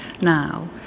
now